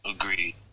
Agreed